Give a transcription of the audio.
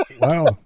wow